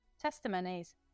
testimonies